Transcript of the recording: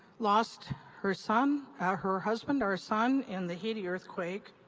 lost her son her husband, our son, in the haiti earthquake,